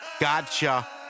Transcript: Gotcha